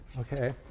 Okay